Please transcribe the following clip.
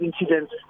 incidents